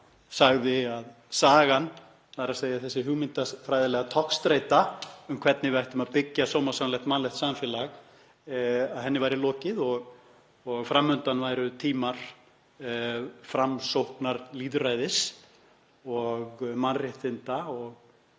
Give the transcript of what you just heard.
sagði; að sögunni, þ.e. þessari hugmyndafræðilegu togstreitu um hvernig við ættum að byggja sómasamlegt mannlegt samfélag, væri lokið og fram undan væru tímar framsóknar lýðræðis, mannréttinda og